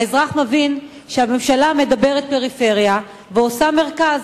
האזרח מבין שהממשלה מדברת פריפריה ועושה מרכז.